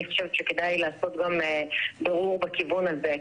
אני חושבת שכדאי גם לעשות בירור בכיוון הזה.